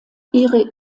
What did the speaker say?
ihre